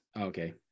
Okay